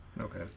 Okay